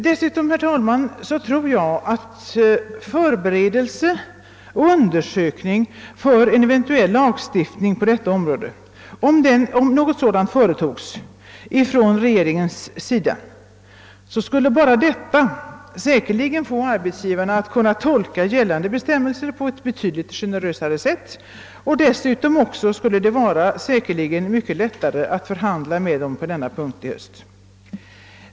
Dessutom, herr talman, tror jag att om förberedelser och undersökningar för en eventuell lagstiftning på detta område företogs från regeringens sida, skulle enbart detta säkerligen få arbetsgivarna att tolka gällande bestämmelser på ett betydligt generösare sätt. Det skulle kanske dessutom gå lättare att förhandla med dem på denna punkt i höst.